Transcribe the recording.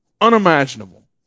unimaginable